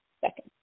second